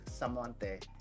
Samonte